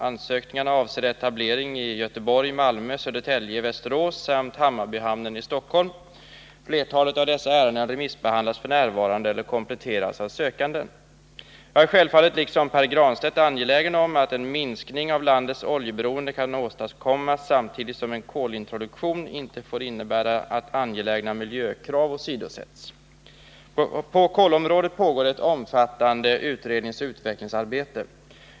Ansökningarna avser etablering i Göteborg, Malmö, Södertälje, Västerås samt Hammarbyhamnen i Stockholm. Flertalet av dessa ärenden remissbehandlas f.n. eller kompletteras av sökanden. Jag är självfallet liksom Pär Granstedt angelägen om att en minskning av landets oljeberoende kan åstadkommas samtidigt som en kolintroduktion inte får innebära att angelägna miljökrav åsidosätts. På kolområdet pågår ett omfattande utredningsoch utvecklingsarbete.